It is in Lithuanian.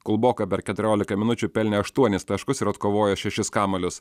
kulboka per keturiolika minučių pelnė aštuonis taškus ir atkovojo šešis kamuolius